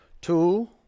Two